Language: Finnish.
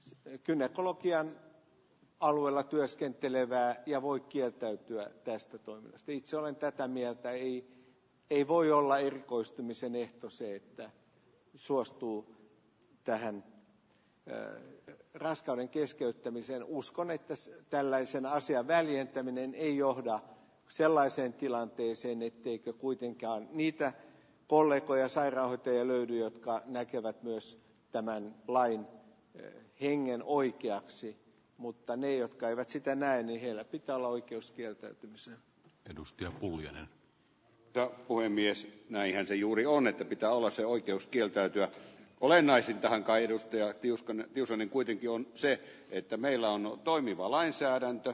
sitten kyynärlogian alueella työskentelevään ja voi kieltäytyä tästä toimi itse olen tätä mieltä ei ei voi olla eri koistymisen ehto se että suostuu tähän erään laastarin keskeyttämiseen uskon että se tällaisia naisia väljentäminen ei johda sellaiseen tilanteeseen etteikö kuitenkin niitä kollegojensa ettei löydy jotka näkevät myös tämän lajin me hengen oikeaksi mutta ne jotka eivät sitä näe miehille pitää olla oikeus kieltäytymisen edusti huulille ja puhemies näinhän se juuri on että pitää olla se oikeus kieltäytyä olennaisinta on kai ja jos kone osaani kuitenkin on se että meillä on toimiva lainsäädäntö